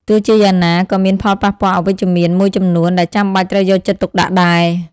ទោះជាយ៉ាងណា ក៏មានផលប៉ះពាល់អវិជ្ជមានមួយចំនួនដែលចាំបាច់ត្រូវយកចិត្តទុកដាក់ដែរ។